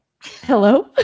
hello